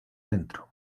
dentro